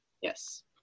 Yes